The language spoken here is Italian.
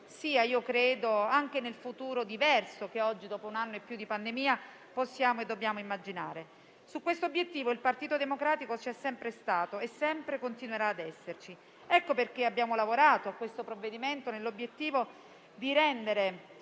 sia - credo - nel futuro diverso che oggi, dopo oltre un anno di pandemia, possiamo e dobbiamo immaginare. Su questo obiettivo il Partito Democratico c'è sempre stato e sempre continuerà a esserci. Ecco perché abbiamo lavorato a questo provvedimento nell'obiettivo di rendere